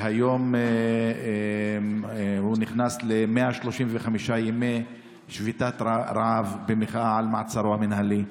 שהיום נכנס ל-135 ימי שביתת רעב במחאה על מעצרו המינהלי.